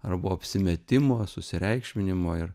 ar buvo apsimetimo susireikšminimo ir